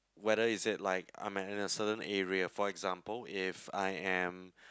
whether is it like I'm in at a certain area for example if I am